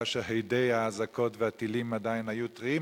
כאשר הדי האזעקות והטילים עדיין היו טריים,